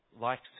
likes